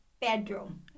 bedroom